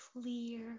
clear